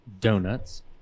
donuts